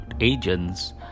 agents